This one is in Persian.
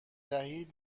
دهیم